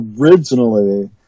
originally